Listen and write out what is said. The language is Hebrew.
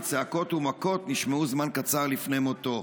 ודווח כי צעקות ומכות נשמעו זמן קצר לפני מותו.